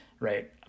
Right